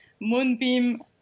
Moonbeam